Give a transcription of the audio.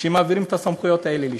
שמעבירים את הסמכויות האלה לשם.